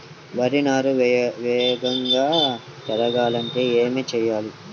వరి నారు వేగంగా పెరగాలంటే ఏమి చెయ్యాలి?